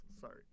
Sorry